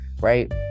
right